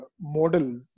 model